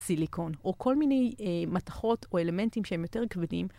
סיליקון או כל מיני מתכות או אלמנטים שהם יותר כבדים.